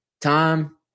time